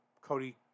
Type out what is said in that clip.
Cody